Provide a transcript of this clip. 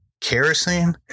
kerosene